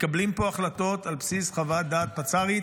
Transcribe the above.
מתקבלות פה החלטות על בסיס חוות דעת פצ"רית